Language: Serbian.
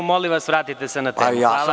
Molim vas, vratite se na temu.